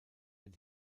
den